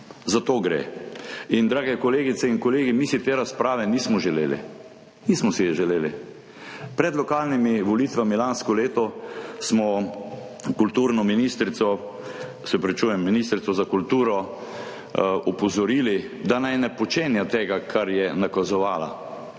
za to gre. Drage kolegice in kolegi, mi si te razprave nismo želeli. Nismo si je želeli. Pred lokalnimi volitvami lansko leto smo ministrico za kulturo opozorili, da naj ne počenja tega, kar je nakazovala,